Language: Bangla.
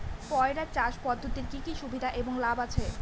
পয়রা চাষ পদ্ধতির কি কি সুবিধা এবং লাভ আছে?